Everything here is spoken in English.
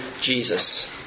Jesus